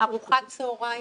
ארוחת צהריים,